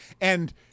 And-